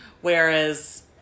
Whereas